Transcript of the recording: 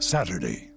Saturday